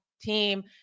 team